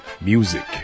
music